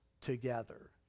together